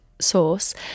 sauce